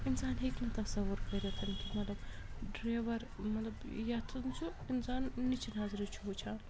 اِنسان ہیٚکہِ نہٕ تصور کٔرِتھ کہِ مطلب ڈرٛیوَر مطلب یَتھ چھُ اِنسان نِچہِ نظرِ چھُ وٕچھان